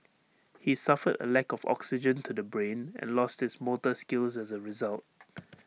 he suffered A lack of oxygen to the brain and lost his motor skills as A result